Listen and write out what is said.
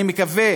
אני מקווה